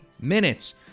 minutes